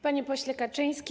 Panie Pośle Kaczyński!